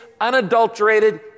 unadulterated